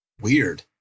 Weird